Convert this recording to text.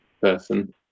person